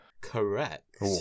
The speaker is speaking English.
Correct